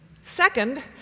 Second